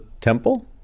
temple